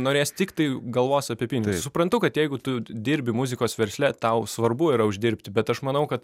norės tiktai galvos apie pinigus suprantu kad jeigu tu dirbi muzikos versle tau svarbu yra uždirbt bet aš manau kad